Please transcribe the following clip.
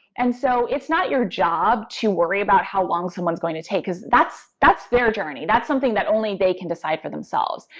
and so it's not your job to worry about how long someone's going to take, because that's that's their journey. that's something that only they can decide for themselves.